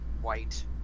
white